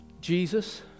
Jesus